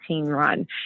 run